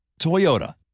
Toyota